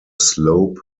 slope